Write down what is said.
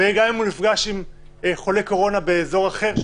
וגם אם הוא נפגש עם חולה קורונה באזור אחר שהוא